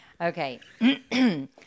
Okay